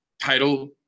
Title